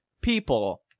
people